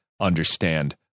understand